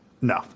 no